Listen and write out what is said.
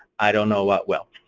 i don't know what will.